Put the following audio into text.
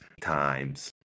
times